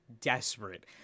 Desperate